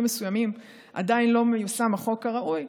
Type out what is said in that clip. מסוימים עדיין לא מיושם החוק כראוי,